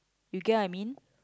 you get what I mean